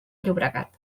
llobregat